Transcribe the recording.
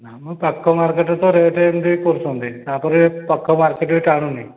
ନା ମ ପାଖ ମାର୍କେଟରେ ତ ରେଟ୍ ଏମିତି କରୁଛନ୍ତି ତା' ପରେ ପାଖ ମାର୍କେଟ୍ରେ ଟାଣୁନି